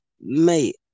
mate